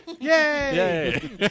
Yay